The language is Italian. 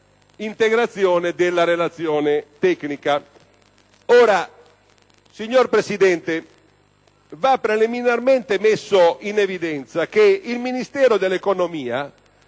dell'integrazione della Relazione tecnica.